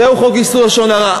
זהו חוק איסור לשון הרע.